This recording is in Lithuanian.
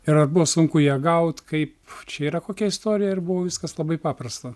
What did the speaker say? ir ar buvo sunku ją gaut kaip čia yra kokia istorija ar buvo viskas labai paprasta